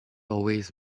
always